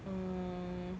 err